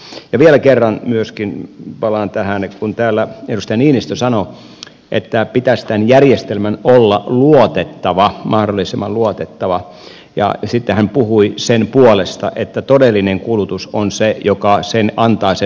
vielä kerran myöskin palaan tähän kun täällä edustaja niinistö sanoi että tämän järjestelmän pitäisi olla mahdollisimman luotettava ja sitten hän puhui sen puolesta että todellinen kulutus on se joka antaa sen luotettavuuden